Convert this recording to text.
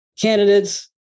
candidates